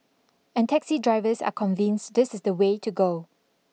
and taxi drivers are convinced this is the way to go